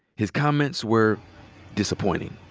his comments were disappointing.